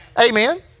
Amen